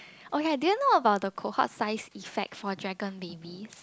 oh ya I didn't know about the cohort size effect for dragon babies